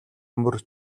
мөр